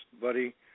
buddy